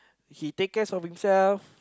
he take cares of himself